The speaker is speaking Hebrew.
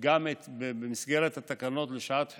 במסגרת התקנות לשעת חירום,